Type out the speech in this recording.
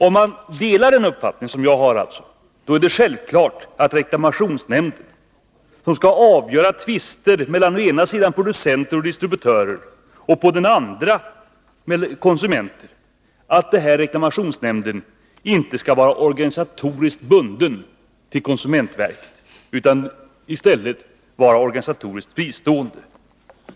Om man delar denna uppfattning, som jag alltså har, är det självklart att reklamationsnämnden, som skall avgöra tvister mellan å ena sidan producenter och distributörer och å andra sidan konsumenter, inte skall vara organisatoriskt bunden till konsumentverket utani stället skall vara organisatoriskt fristående.